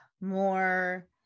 more